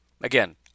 Again